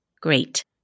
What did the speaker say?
Great